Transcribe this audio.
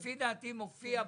לפי דעתי, זה מופיע בחוק.